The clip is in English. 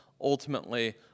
ultimately